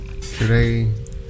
Today